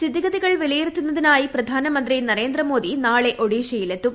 സ്ഥിതിഗതികൾ വിലയിരുത്തുന്നതിനായി പ്രധാനമന്ത്രി നരേന്ദ്രമോദി നാളെ ഒഡീഷയിലെത്തും